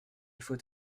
faut